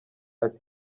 ati